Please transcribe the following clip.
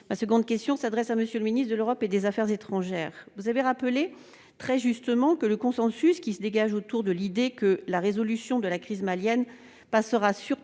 maximale sur nos ennemis ? Monsieur le ministre de l'Europe et des affaires étrangères, vous avez rappelé, très justement, le consensus qui se dégage autour de l'idée que la résolution de la crise malienne passera surtout